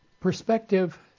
perspective